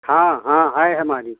हाँ हाँ है हमारी